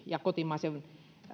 ja kotimaisen